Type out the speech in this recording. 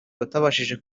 batabashije